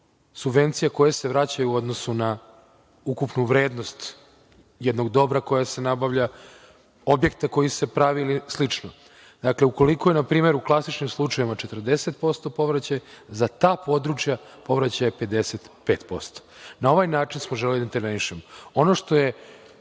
subvencija koje se vraćaju u odnosu na ukupnu vrednost jednog dobra koja se nabavlja, objekta koji se pravi i slično. Dakle, ukoliko je na primer, u klasičnim slučajevima 40% povraćaj, za ta područja povraćaj je 55%. Na ovaj način smo želeli da intervenišemo. Ono što je,